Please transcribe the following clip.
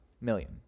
million